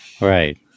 Right